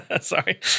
Sorry